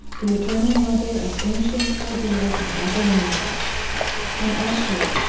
the eternal mother of ancient caldea and babylonia and asshur,